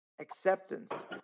acceptance